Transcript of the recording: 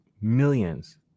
millions